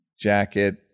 jacket